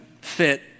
fit